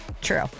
True